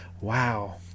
wow